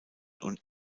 und